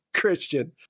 Christian